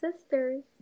sisters